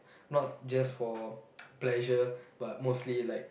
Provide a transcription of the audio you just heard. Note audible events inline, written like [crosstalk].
not just for [noise] pleasure but mostly like